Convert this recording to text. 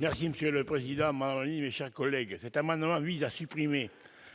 Requier, pour présenter l'amendement n° 27 rectifié. Cet amendement vise à supprimer